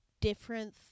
different